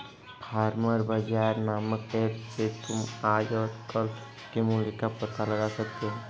farmer bazaar नामक app से तुम आज और कल के मूल्य का पता लगा सकते हो